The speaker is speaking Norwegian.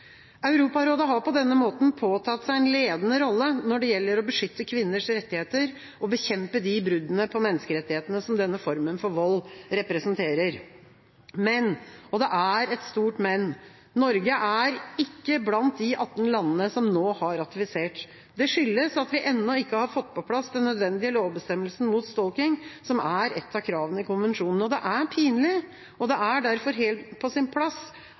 Europarådet har på denne måten påtatt seg en ledende rolle når det gjelder å beskytte kvinners rettigheter og bekjempe de bruddene på menneskerettighetene som denne formen for vold representerer. Men – og det er et stort men: Norge er ikke blant de 18 landene som nå har ratifisert. Det skyldes at vi ennå ikke har fått på plass den nødvendige lovbestemmelsen mot stalking, som er et av kravene i konvensjonen. Det er pinlig, og det er derfor helt på sin plass